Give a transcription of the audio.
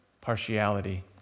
partiality